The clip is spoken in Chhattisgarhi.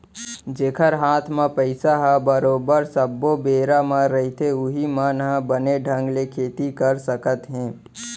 जेखर हात म पइसा ह बरोबर सब्बो बेरा म रहिथे उहीं मन ह बने ढंग ले खेती कर सकत हे